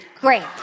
Great